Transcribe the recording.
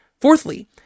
Fourthly